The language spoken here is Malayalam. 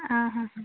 അ